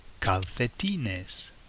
Calcetines